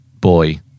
boy